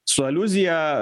su aliuzija